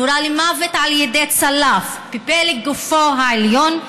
נורה למוות על ידי צלף בפלג גופו העליון,